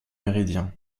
méridien